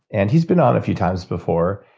and he's been on a few times before.